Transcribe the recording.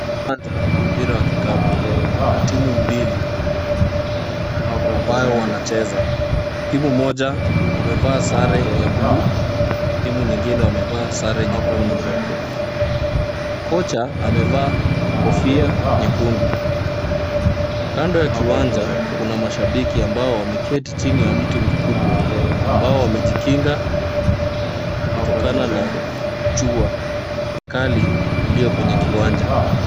Uwanja wa mpira wakikapu. Kuna timu mbili ambayo wanacheza. Timu moja wamevaa sare ya bluu, timu nyingine wamevaa sare nyekundu. Kocha amevaa kofia nyekundu. Kando ya kiwanja, kuna mashabiki ambao wameketi chini ya mti mkubwa ambao wamejikinga kutokana na jua kali ilio kwenye kiwanja.